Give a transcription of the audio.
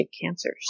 cancers